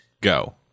go